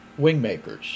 Wingmakers